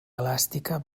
elàstica